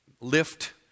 lift